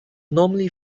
normally